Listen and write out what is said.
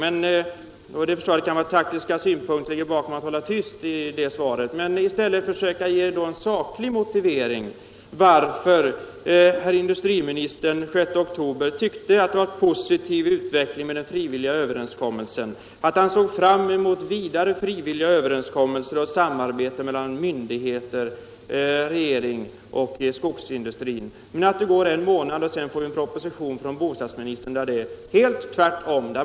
Det kan naturligtvis vara taktiska skäl som ligger bakom att man håller tyst, men försök då i stället att ge en saklig motivering till att industriministern den 6 oktober tyckte att den frivilliga överenskommelsen innebar en positiv utveckling, att han såg fram mot ytterligare frivilliga överenskommelser och samarbete mellan myndigheter, regering och skogsindustri, och att vi en månad senare fick en proposition från bostadsministern där det är helt tvärtom.